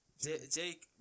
Jake